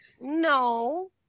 no